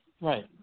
Right